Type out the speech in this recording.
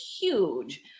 huge